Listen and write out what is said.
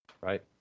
Right